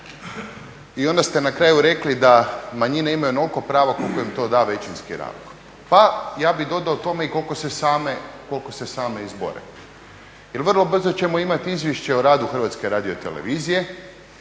I onda ste na kraju rekli da manjine imaju onoliko prava koliko im to da većinski narod. Pa ja bih dodao tome i koliko se same izbore jer vrlo brzo ćemo imati Izvješće o radu HRT-a, imat ćemo